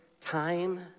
time